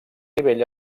nivell